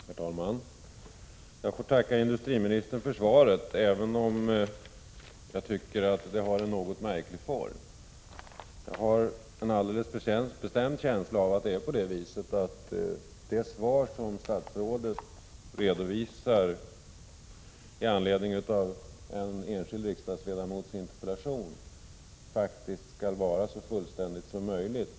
Herr talman! Jag tackar industriministern för svaret, även om jag tycker att det har en något märklig form. Jag har en alldeles bestämd känsla av att det svar som statsrådet redovisar i anledning av en enskild riksdagsledamotsinterpellation faktiskt skall vara så fullständigt som möjligt.